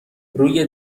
روی